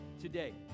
today